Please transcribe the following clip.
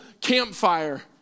campfire